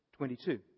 22